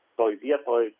toj vietoj